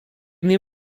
nie